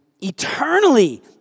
Eternally